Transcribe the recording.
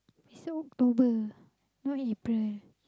so October no need to pray